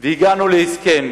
והגענו להסכם,